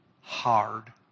hard